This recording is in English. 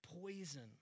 poison